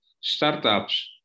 startups